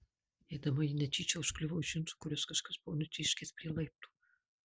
eidama ji netyčia užkliuvo už džinsų kuriuos kažkas buvo nutėškęs prie laiptų